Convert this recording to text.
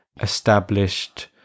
established